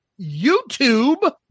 YouTube